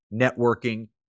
networking